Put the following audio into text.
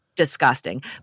disgusting